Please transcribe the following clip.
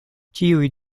ĉiuj